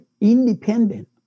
independent